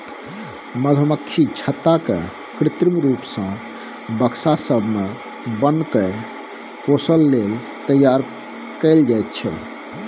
मधुमक्खी छत्ता केँ कृत्रिम रुप सँ बक्सा सब मे बन्न कए पोसय लेल तैयार कयल जाइ छै